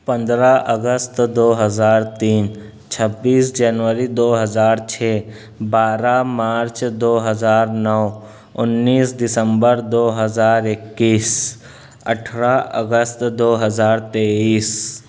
پندرہ اگست دو ہزار تین چھبیس جنوری دو ہزار چھ بارہ مارچ دو ہزار نو انیس دسمبر دو ہزار اکیس اٹھارہ اگست دو ہزار تئیس